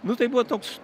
nu tai buvo toks